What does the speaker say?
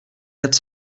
quatre